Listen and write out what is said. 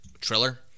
Triller